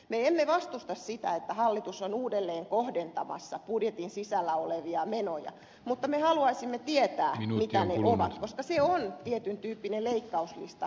me emme vastusta sitä että hallitus on uudelleen kohdentamassa budjetin sisällä olevia menoja mutta me haluaisimme tietää mitä ne menot ovat koska se kohdennuskin on tietyn tyyppinen leikkauslista